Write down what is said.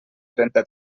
trenta